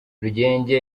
rugege